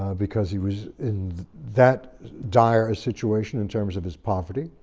ah because he was in that dire a situation in terms of his poverty,